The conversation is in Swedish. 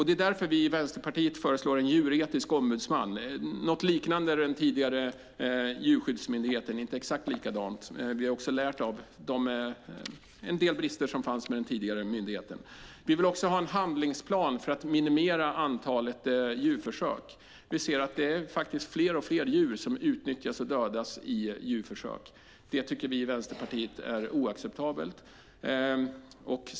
Det är därför vi i Vänsterpartiet föreslår en djuretisk ombudsman. Det är något liknande den tidigare Djurskyddsmyndigheten. Det är inte exakt likadant. Vi har också lärt av en del brister som fanns med den tidigare myndigheten. Vi vill ha en handlingsplan för att minimera antalet djurförsök. Vi ser att det är fler och fler djur som utnyttjas och dödas i djurförsök. Det tycker vi i Vänsterpartiet är oacceptabelt.